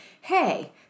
hey